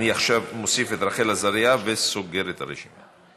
עכשיו אני מוסיף את רחל עזריה וסוגר את הרשימה.